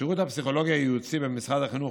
השירות הפסיכולוגי-ייעוצי במשרד החינוך,